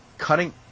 Cutting